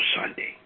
Sunday